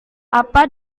apa